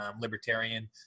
libertarian